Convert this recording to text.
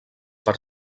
per